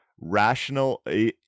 rational